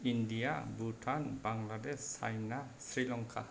India Bhutan Bangladesh China Sri Lanka